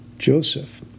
Joseph